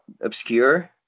obscure